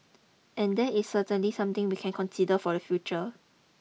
and that is certainly something we can consider for the future